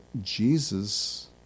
Jesus